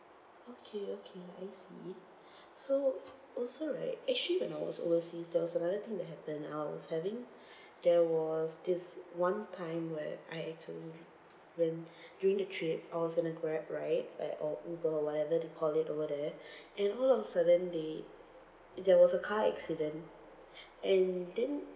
okay okay I see so also like actually when I was overseas there was another thing that happen I was having there was this one time where I accident when during the trip I was in a grab right like or uber whatever they call it over there and all of sudden they there was a car accident and then